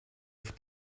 for